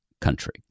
country